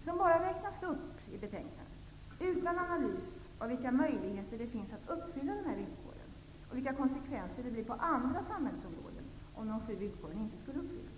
som bara räknas upp i betänkandet utan analys av vilka möjligheter det finns att uppfylla dessa villkor och vilka konsekvenser det blir på andra samhällsområden om de sju villkoren inte skulle uppfyllas.